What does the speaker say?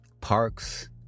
parks